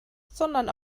sondern